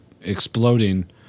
exploding